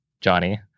Johnny